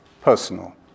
personal